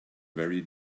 very